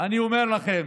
אני אומר לכם: